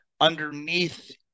underneath